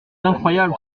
incroyable